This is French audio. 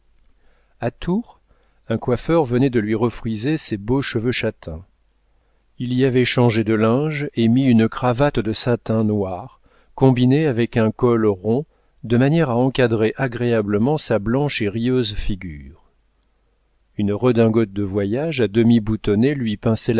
a tours un coiffeur venait de lui refriser ses beaux cheveux châtains il y avait changé de linge et mis une cravate de satin noir combinée avec un col rond de manière à encadrer agréablement sa blanche et rieuse figure une redingote de voyage à demi boutonnée lui pinçait